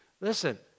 Listen